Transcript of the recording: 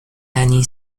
banni